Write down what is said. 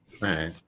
right